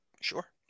Sure